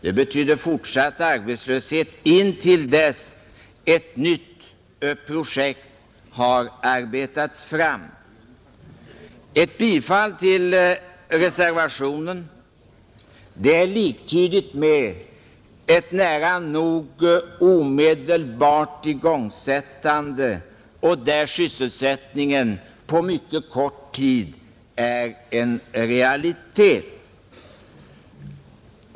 Den betyder fortsatt arbetslöshet intill dess ett nytt projekt har arbetats fram. Ett bifall till reservationen är liktydigt med nära nog omedelbart igångsättande, och sysselsättningen på mycket kort tid är därmed en realitet.